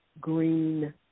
green